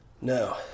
No